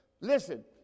Listen